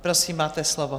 Prosím, máte slovo.